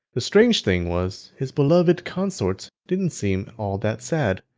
the strange thing was, his beloved consort didn't seem all that sad.